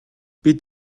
бид